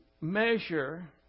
measure